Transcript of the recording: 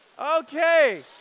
Okay